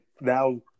now